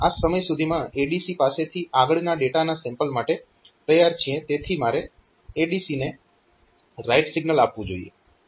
આ સમય સુધીમાં ADC પાસેથી આગળના ડેટાના સેમ્પલ માટે તૈયાર છીએ તેથી મારે ADC ને રાઈટ સિગ્નલ આપવું જોઈએ